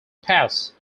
pass